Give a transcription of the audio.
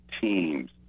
teams